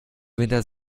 winter